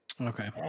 Okay